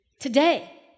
today